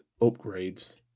upgrades